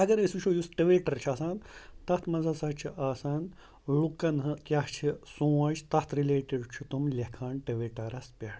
اَگر أسۍ وٕچھو یُس ٹِوِٹَر چھُ آسان تَتھ منٛز ہسا چھِ آسان لُکَن ہہٕ کیٛاہ چھِ سونٛچ تَتھ رِلیٹٕڈ چھُ تِم لٮ۪کھان ٹِوِٹَرَس پٮ۪ٹھ